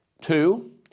Two